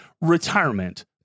retirement